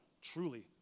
truly